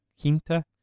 Quinta